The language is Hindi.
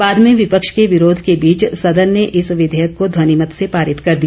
बाद में विपक्ष के विरोध के बीच सदन ने इस विधेयक को ध्वनिमत से पारित कर दिया